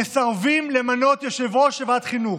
מסרבים למנות יושב-ראש ועדת חינוך,